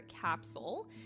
capsule